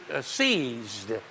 seized